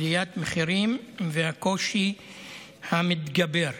מעליית המחירים ומהקושי המתגבר.